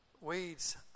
Weeds